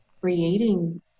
creating